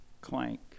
clank